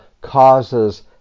causes